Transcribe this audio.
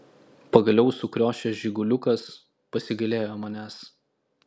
pagaliau sukriošęs žiguliukas pasigailėjo manęs